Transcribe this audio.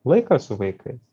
laiką su vaikais